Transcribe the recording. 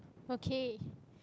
okay